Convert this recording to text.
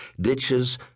ditches